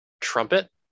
trumpet